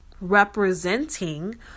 representing